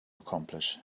accomplish